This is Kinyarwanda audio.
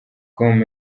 com